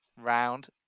Round